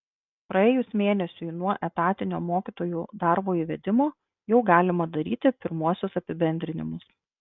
praėjus mėnesiui nuo etatinio mokytojų darbo įvedimo jau galima daryti pirmuosius apibendrinimus